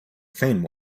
feign